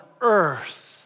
earth